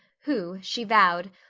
who, she vowed,